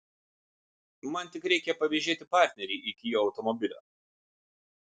man tik reikia pavėžėti partnerį iki jo automobilio